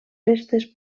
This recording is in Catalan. festes